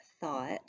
thought